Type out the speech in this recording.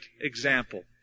example